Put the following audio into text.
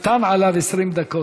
קטן עליו 20 דקות.